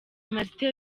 martin